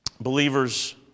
Believers